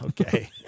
Okay